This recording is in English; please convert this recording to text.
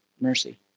Mercy